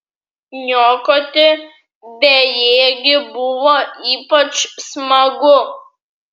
niokoti bejėgį buvo ypač smagu